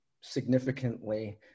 significantly